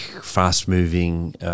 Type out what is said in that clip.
fast-moving